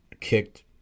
kicked